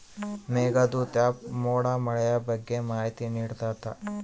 Meghdoot app ಮೋಡ ಮಳೆಯ ಬಗ್ಗೆ ಮಾಹಿತಿ ನಿಡ್ತಾತ